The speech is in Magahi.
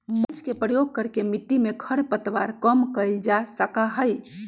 मल्च के प्रयोग करके मिट्टी में खर पतवार कम कइल जा सका हई